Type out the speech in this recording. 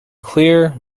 clear